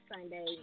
Sunday